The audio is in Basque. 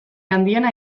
handiena